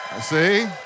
See